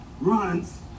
Runs